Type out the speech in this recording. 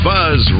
Buzz